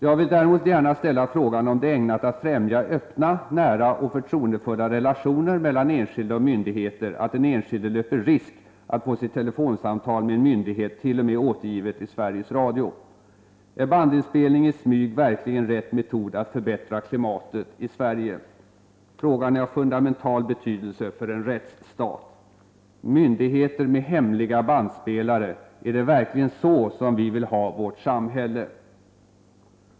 Jag vill däremot gärna ställa frågan om det är ägnat att främja öppna, nära och förtroendefulla relationer mellan enskilda och myndigheter att den enskilde löper risk att få sitt telefonsamtal med en myndighet t.o.m. återgivet i Sveriges radio. Är bandinspelning i smyg verkligen en riktig metod om man vill förbättra klimatet i Sverige? Frågan är av fundamental betydelse för en rättsstat. Myndigheter med hemliga bandspelare — är det verkligen så vi vill ha vårt samhälle?